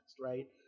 Right